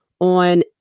on